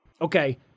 Okay